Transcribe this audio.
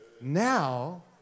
Now